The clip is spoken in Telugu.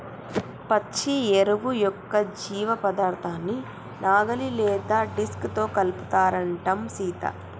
పచ్చి ఎరువు యొక్క జీవపదార్థాన్ని నాగలి లేదా డిస్క్ తో కలుపుతారంటం సీత